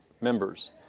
members